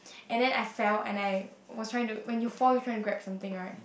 and then I fell and I when I was trying to when you fall you are trying to grab something right